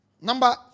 Number